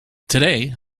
today